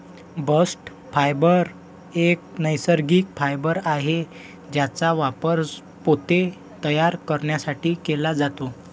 bast fibre एक नैसर्गिक fibre आहे ज्याचा वापर पोते तयार करण्यासाठी केला जातो